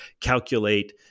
calculate